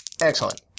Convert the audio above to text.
Excellent